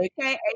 Okay